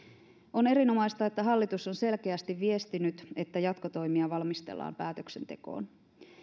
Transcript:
on erinomaista että hallitus on selkeästi viestinyt että jatkotoimia valmistellaan päätöksentekoon